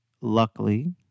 luckily